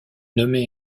nommée